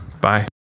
Bye